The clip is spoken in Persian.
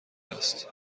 است